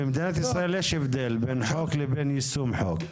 במדינת ישראל יש הבדל בין חוק לבין יישום חוק.